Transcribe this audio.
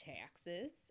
taxes